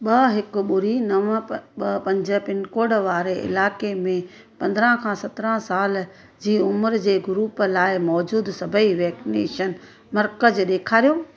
ॿ हिकु ॿुड़ी नव ॿ पंज पिनकोड वारे इलाइक़े में पंद्रहं खां सत्रहं साल जी उमिरि जे ग्रूप लाइ मौजूदु सभई वैक्सनेशन मर्कज़ ॾेखारियो